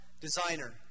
designer